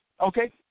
Okay